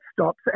stops